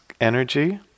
energy